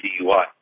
DUI